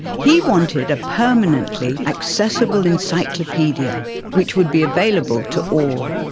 he wanted a permanently accessible encyclopaedia which would be available to all.